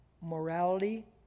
morality